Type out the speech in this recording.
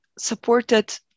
supported